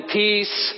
peace